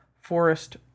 Forest